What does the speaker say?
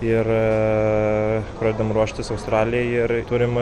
ir pradedam ruoštis australijai ir turim